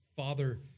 Father